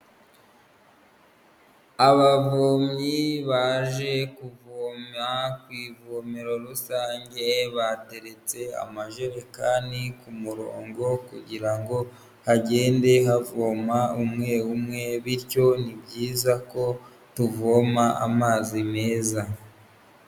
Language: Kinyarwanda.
Abavomyi baje kuvoma ku ivomero rusange, bateretse amajerekani ku murongo kugira ngo hagende havoma umwe umwe, bityo ni byiza ko tuvoma amazi meza.